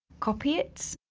copy it.